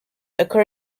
occur